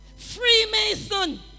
Freemason